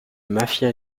mafia